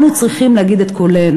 אנחנו צריכים להשמיע את קולנו.